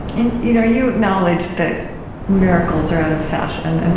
and you know, you acknowledge that miracles are out of fashion, and